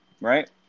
Right